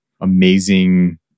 amazing